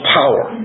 power